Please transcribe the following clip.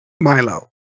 Milo